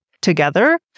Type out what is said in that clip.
together